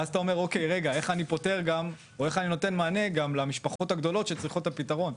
ואז אתה אומר איך אני נותן מענה גם למשפחות הגדולות שצריכות את הפתרון?